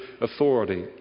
authority